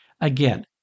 Again